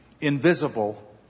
invisible